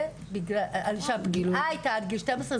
זה על שהפגיעה הייתה עד גיל 12,